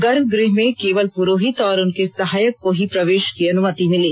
गर्भगृह में केवल पुरोहित और उनके सहायक को ही प्रवेश की अनुमति मिली